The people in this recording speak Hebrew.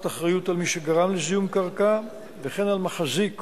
אדוני היושב-ראש, כנסת